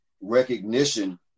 recognition